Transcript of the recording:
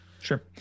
sure